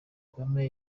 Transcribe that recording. kagame